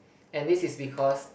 and this is because